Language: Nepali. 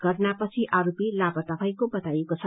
घटनापछि आरोपी लापत्ता भएको बताइएको छ